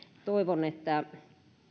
toivon että